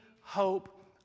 hope